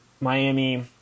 miami